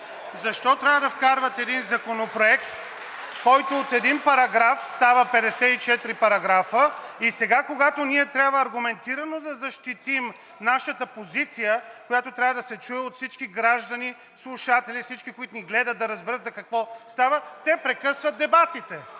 от „Продължаваме Промяната“), който от един параграф става 54 параграфа, и сега, когато ние трябва аргументирано да защитим нашата позиция, която трябва да се чуе от всички граждани, слушатели, всички, които ни гледат, да разберат за какво става – те прекъсват дебатите.